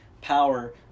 power